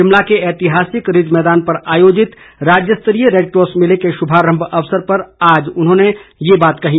शिमला के ऐतिहासिक रिज मैदान पर आयोजित राज्य स्तरीय रेडक्रॉस मेले के शुभारंभ अवसर पर आज उन्होंने ये बात कही